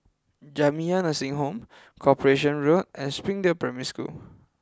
Jamiyah Nursing Home Corporation Road and Springdale Primary School